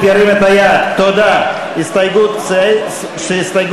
תודה רבה.